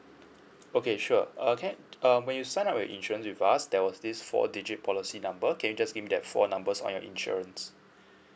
okay sure err can I uh when you sign up your insurance with us there was this four digit policy number can just him that four numbers on your insurance